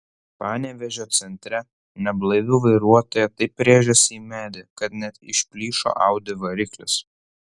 panevėžio centre neblaivi vairuotoja taip rėžėsi į medį kad net išplyšo audi variklis